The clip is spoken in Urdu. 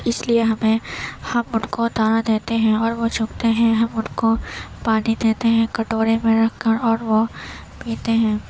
اِس لیے ہمیں ہم اُن کو دانہ دیتے ہیں اور وہ چگتے ہیں ہم اُن کو پانی دیتے ہیں کٹورے میں رکھ کر اور وہ پیتے ہیں